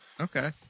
Okay